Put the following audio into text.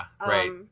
right